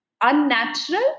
unnatural